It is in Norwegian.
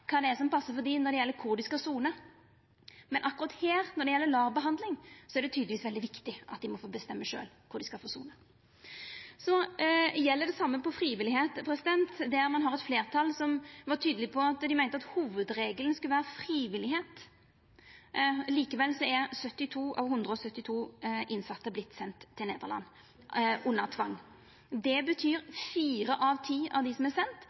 kva som passar for dei når det gjeld kvar dei skal sona, men akkurat her, når det gjeld LAR-behandling, er det tydelegvis veldig viktig at dei må få bestemma sjølve kvar dei skal få sona. Det same gjeld for frivilligheit. Det var eit fleirtal som var tydeleg på at dei meinte at hovudregelen skulle vera frivilligheit. Likevel har 72 av 172 innsette vorte sende til Nederland under tvang. Det betyr fire av ti av dei som er